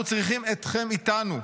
אנחנו צריכים אתכם איתנו.